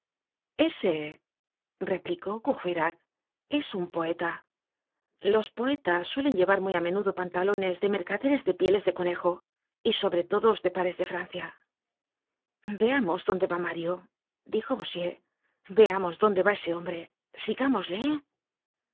ese replicó courfeyrac es un poeta los poetas suelen llevar muy amenudo pantalones de mercaderes de pieles de conejo y sobretodos de pares de francia véamos dónde va mario dijo bossuet veamos dónde va ese hombre sigámosles